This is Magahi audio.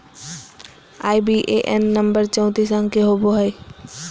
आई.बी.ए.एन नंबर चौतीस अंक के होवो हय